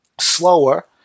slower